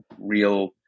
real